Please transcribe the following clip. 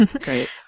great